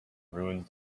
ruins